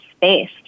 space